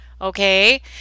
okay